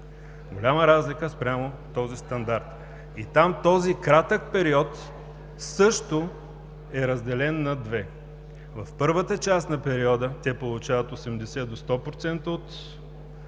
голяма разлика спрямо този стандарт. Там този кратък период също е разделен на две. В първата част на периода те получават от 80 до 100% от